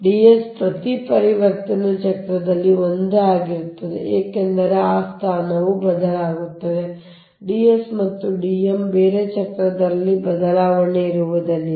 Ds ಪ್ರತಿ ಪರಿವರ್ತನೆಯ ಚಕ್ರದಲ್ಲಿ ಒಂದೇ ಆಗಿರುತ್ತದೆ ಏಕೆಂದರೆ ಆ ಸ್ಥಾನವು ಬದಲಾಗುತ್ತದೆ ಆದರೆ Ds ಮತ್ತು Dm ಬೇರೆ ಚಕ್ರದಲ್ಲಿ ಬದಲಾವಣೆ ಇರುವುದಿಲ್ಲ